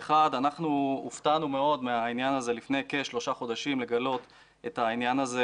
אנחנו הופתענו מאוד לפני כשלושה חודשים לגלות את העניין הזה,